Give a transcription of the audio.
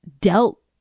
dealt